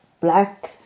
Black